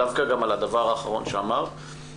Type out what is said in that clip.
דווקא על הדבר האחרון שאמרת.